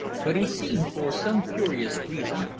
but he seemed, for some curious reason,